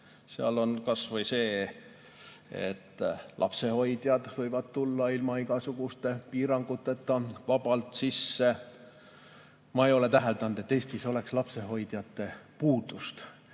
kummalisi, kas või see, et lapsehoidjad võivad tulla ilma igasuguste piiranguteta, vabalt sisse. Ma ei ole täheldanud, et Eestis oleks lapsehoidjate puudust